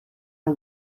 are